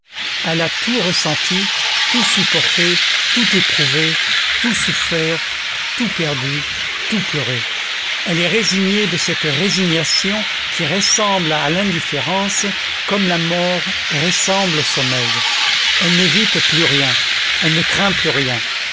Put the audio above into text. elle a tout ressenti tout supporté tout éprouvé tout souffert tout perdu tout pleuré elle est résignée de cette résignation qui ressemble à l'indifférence comme la mort ressemble au sommeil elle n'évite plus rien elle ne craint plus rien